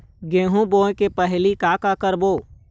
गेहूं बोए के पहेली का का करबो?